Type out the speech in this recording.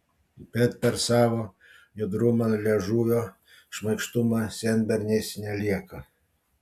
bet per savo judrumą liežuvio šmaikštumą senberniais nelieka